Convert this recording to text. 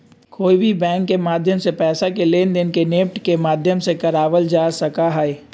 कोई भी बैंक के माध्यम से पैसा के लेनदेन के नेफ्ट के माध्यम से करावल जा सका हई